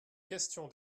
question